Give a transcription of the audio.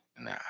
Nah